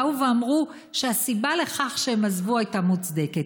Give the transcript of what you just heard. באו ואמרו שהסיבה לכך שהם עזבו הייתה מוצדקת.